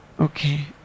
Okay